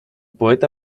poeta